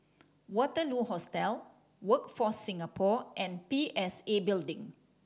Waterloo Hostel Workforce Singapore and P S A Building